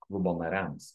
klubo nariams